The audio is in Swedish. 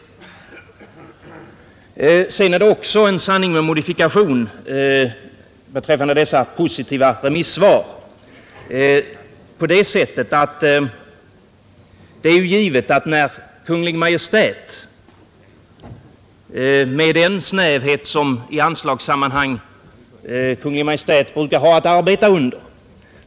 Att remissvaren är positiva är en sanning med modifikation också med hänsyn till den snävhet som Kungl. Maj:t i anslagssammanhang brukar ha att arbeta under.